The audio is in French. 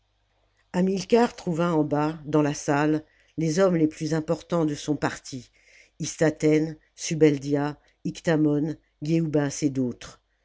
hamilcar trouva en bas dans la salle les hommes les plus importants de son parti istatten subeldia hictamon yeoubas et d'autres